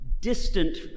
distant